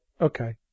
Okay